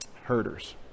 herders